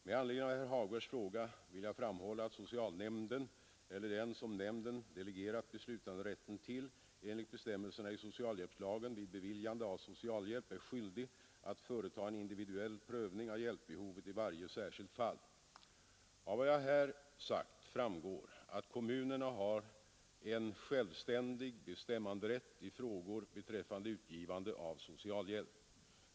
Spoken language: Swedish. Med anledning av herr Hagbergs fråga vill jag framhålla, att socialnämnden, eller den som nämnden delegerat beslutanderätten till, enligt bestämmelserna i socialhjälpslagen vid beviljande av socialhjälp är skyldig att företa en individuell prövning av hjälpbehovet i varje särskilt fall. Av vad jag här sagt framgår att kommunerna har en självständig bestämmanderätt i frågor beträffande utgivande av socialhjälp.